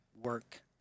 work